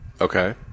Okay